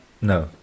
No